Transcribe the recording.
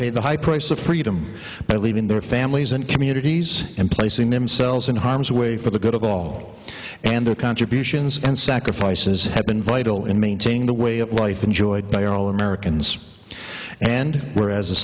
paid the high price of freedom by leaving their families and communities and placing themselves in harm's way for the good of all and their contributions and sacrifices have been vital in maintaining the way of life enjoyed by all americans and whereas the